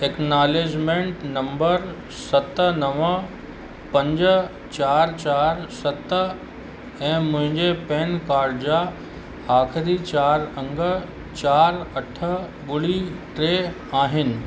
acknowledgement number सत नव पंज चारि चारि सत ऐं मुंहिजे पैन कार्ड जा आखिरी चारि अंग चारि अठ ॿुड़ी टे आहिनि